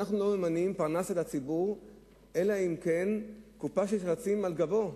אנחנו לא ממנים פרנס על הציבור אלא אם כן קופה של שרצים על גבו?